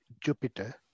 Jupiter